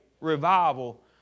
revival